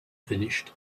finished